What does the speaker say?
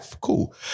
cool